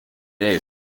dig